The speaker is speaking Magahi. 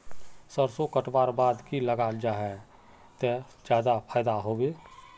सरसों कटवार बाद की लगा जाहा बे ते ज्यादा फायदा होबे बे?